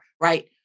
right